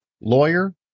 lawyer